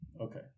Okay